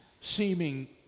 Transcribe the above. seeming